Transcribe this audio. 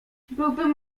byłbym